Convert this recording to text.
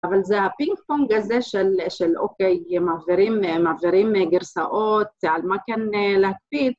אבל זה הפינג פונג הזה של... של אוקיי, מעבירים, מעבירים גרסאות על מה כן להקפיד